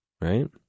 right